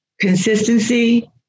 Consistency